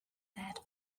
that